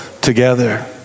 together